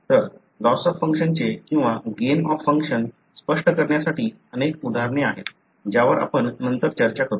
तर loss of फंक्शनचे किंवा गेन ऑफ फंक्शन स्पष्ट करण्यासाठी अनेक उदाहरणे आहेत ज्यावर आपण नंतर चर्चा करू